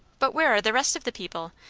but where are the rest of the people?